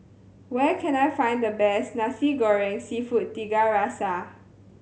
where can I find the best Nasi Goreng Seafood Tiga Rasa